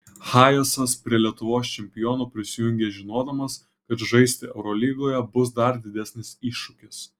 hayesas prie lietuvos čempionų prisijungė žinodamas kad žaisti eurolygoje bus dar didesnis iššūkis